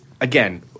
again